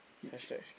hitch